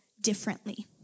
differently